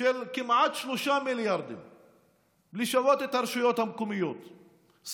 לשפות את הרשויות המקומיות כמעט ב-3 מיליארדים,